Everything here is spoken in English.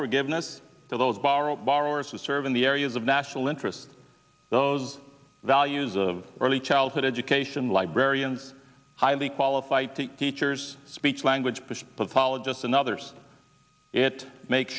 forgiveness to those borrowed borrowers who serve in the areas of national interest those values of early childhood education librarians highly qualified to teachers speech language push pathologists and others it make